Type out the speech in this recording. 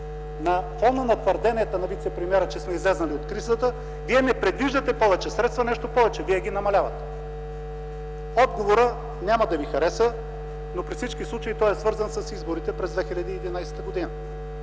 на фона на твърденията на вицепремиера, че сме излезли от кризата, не предвиждате повече средства – нещо повече, вие ги намалявате. Отговорът няма да Ви хареса, но при всички случаи той е свързан с изборите през 2011 г.